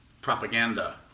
propaganda